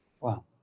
Wow